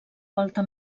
volta